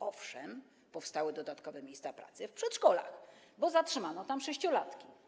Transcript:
Owszem, powstały dodatkowe miejsca pracy: w przedszkolach, bo zatrzymano tam sześciolatki.